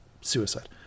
suicide